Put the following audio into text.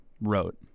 wrote